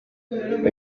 bagitangira